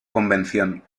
convención